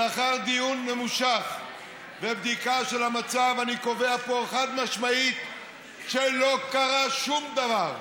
לאחר דיון ממושך ובדיקה של המצב אני קובע פה חד-משמעית שלא קרה שום דבר.